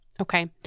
okay